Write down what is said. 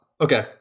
okay